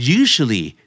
usually